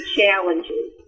challenges